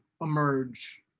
emerge